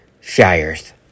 Shires